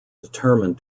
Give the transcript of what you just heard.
determined